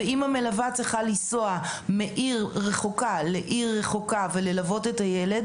ואם המלווה צריכה לנסוע מעיר רחוקה לעיר רחוקה וללוות את הילד